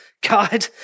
God